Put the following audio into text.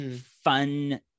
fun